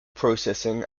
processing